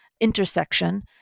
intersection